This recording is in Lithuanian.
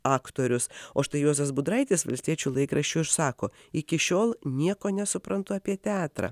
aktorius o štai juozas budraitis valstiečių laikraščiui ir sako iki šiol nieko nesuprantu apie teatrą